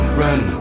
run